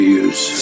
use